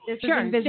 Sure